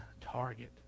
target